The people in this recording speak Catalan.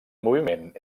moviment